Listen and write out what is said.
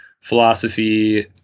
philosophy